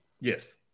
Yes